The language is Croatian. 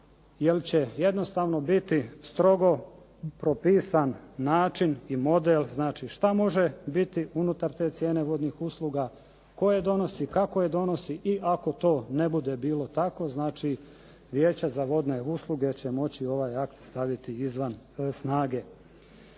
jer će jednostavno biti strogo propisan način i model znači šta može biti unutar te cijene vodnih usluga, tko je donosi, kako je donosi i ako to ne bude bilo tako znači Vijeće za vodne usluge će moći ovaj akt staviti izvan snage.